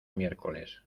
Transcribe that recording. miércoles